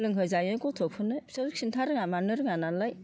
लोंहोजायो गथ'फोरनो बिसोर खिन्थारोङा मा रोङा नालाय